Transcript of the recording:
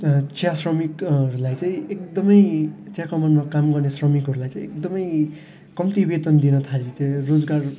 चिया श्रमिकहरूलाई चाहिँ एकदमै चिया कमानमा काम गर्ने श्रमिकहरूलाई चाहिँ एकदमै कम्ती वेतन दिनु थाल्यो त्यो रोजगार